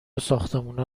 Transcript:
ساختمونا